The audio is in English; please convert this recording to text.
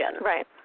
Right